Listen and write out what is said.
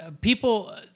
People